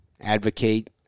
advocate